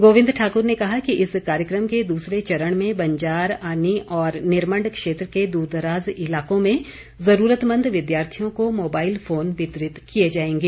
गोविंद ठाकूर ने कहा कि इस कार्यक्रम के दूसरे चरण में बंजार आनी और निरमंड क्षेत्र के दूरदराज इलाकों में जरूरतमंद विद्यार्थियों को मोबाईल फोन वितरित किए जाएंगे